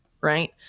right